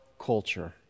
culture